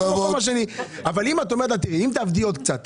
אבל אם את אומרת: תעבדי עוד קצת,